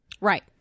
Right